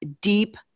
deep